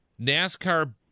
NASCAR